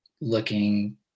looking